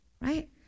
Right